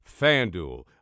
FanDuel